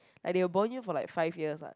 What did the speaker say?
like they will bond you for like five years what